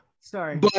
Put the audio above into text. sorry